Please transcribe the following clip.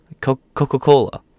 Coca-Cola